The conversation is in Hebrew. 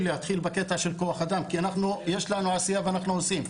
להתחיל בקטע של כוח אדם כי יש לנו עשיה ואנחנו עושים.